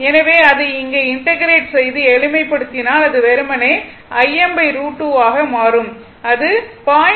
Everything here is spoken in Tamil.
எனவே அதை இங்கே இன்டெகிரெட் செய்து எளிமைப்படுத்தினால் அது வெறுமனே Im √2 ஆக மாறும் அது 0